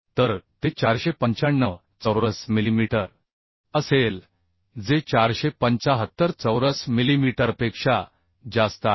तर ते 495 चौरस मिलीमीटर असेल जे 475 चौरस मिलीमीटरपेक्षा जास्त आहे